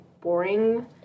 boring